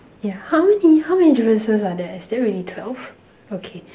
yeah how many how many differences are there is really twelve okay